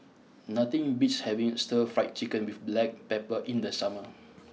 nothing beats having Stir Fried Chicken with black pepper in the summer